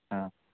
हां